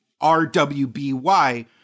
R-W-B-Y